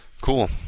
Cool